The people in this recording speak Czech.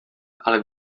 ale